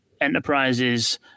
enterprises